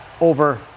over